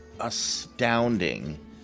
astounding